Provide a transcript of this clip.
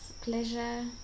pleasure